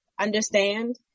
Understand